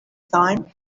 time